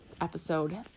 episode